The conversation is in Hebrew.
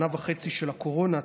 שנה וחצי של קורונה,